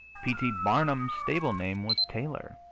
p. t. barnum's stable-name was taylor,